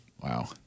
Wow